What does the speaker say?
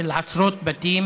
של עשרות בתים